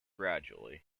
gradually